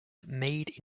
made